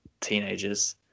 teenagers